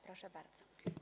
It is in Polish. Proszę bardzo.